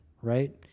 right